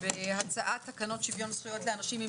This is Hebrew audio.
הצעת תקנות שוויון זכויות לאנשים עם